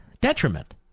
detriment